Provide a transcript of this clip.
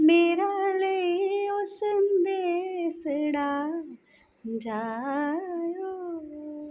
मेरा लेई ओह् संदेशड़ा जाएओ